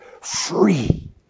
free